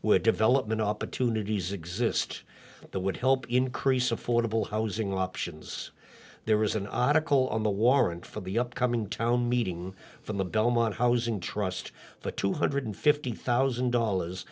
where development opportunities exist the would help increase affordable housing options there was an article on the warrant for the upcoming town meeting from the belmont housing trust for two hundred fifty thousand dollars